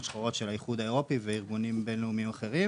שחורות של האיחוד האירופאי וארגונים בין-לאומיים אחרים.